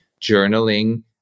journaling